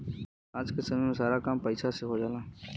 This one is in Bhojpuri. आज क समय में सारा काम पईसा से हो जाला